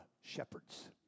shepherds